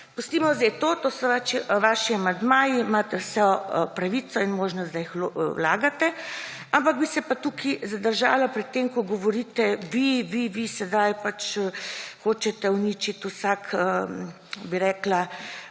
pustimo zdaj to, to so vaši amandmaji, imate vso pravico in možnost, da jih vlagate. Ampak bi se pa tukaj zadržala pri tem, ko govorite, vi, vi. Sedaj pač hočete uničite vsako